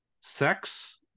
Sex